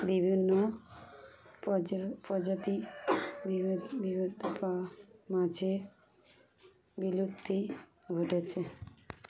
বিভিন্ন প্রজাতি পিউপা মাছের বিলুপ্তি ঘটেছে